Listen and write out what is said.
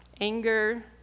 anger